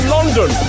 London